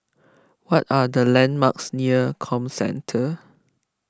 what are the landmarks near Comcentre